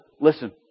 listen